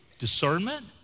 discernment